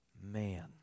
man